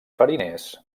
fariners